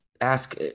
ask